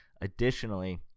Additionally